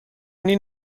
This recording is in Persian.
این